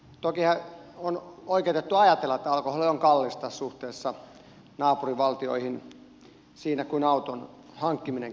toki on oikeutettua ajatella että alkoholi on kallista suhteessa naapurivaltioihin siinä kuin auton hankkiminenkin on kallista